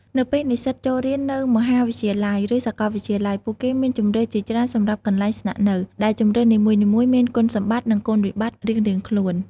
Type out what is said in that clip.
នៅពេលនិស្សិតចូលរៀននៅមហាវិទ្យាល័យ ឬសាកលវិទ្យាល័យ ពួកគេមានជម្រើសជាច្រើនសម្រាប់កន្លែងស្នាក់នៅ ដែលជម្រើសនីមួយៗមានគុណសម្បត្តិ និងគុណវិបត្តិរៀងៗខ្លួន។